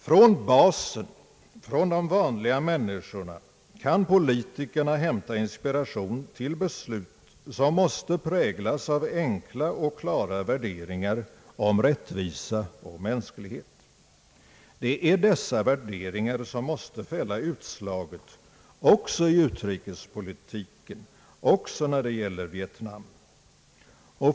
Från basen, från de vanliga människorna, kan politikerna hämta inspi ration till beslut som måste präglas av enkla och klara värderingar om rättvisa och mänsklighet. Det är dessa värderingar som måste fälla utslaget också i utrikespolitiken, också när det gäller Vietnam.